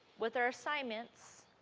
with their assignments,